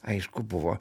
aišku buvo